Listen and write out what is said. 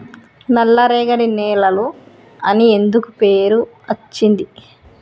నల్లరేగడి నేలలు అని ఎందుకు పేరు అచ్చింది?